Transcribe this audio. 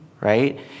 right